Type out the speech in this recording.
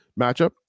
matchup